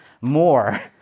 more